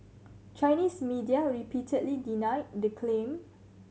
Chinese media repeatedly denied the claim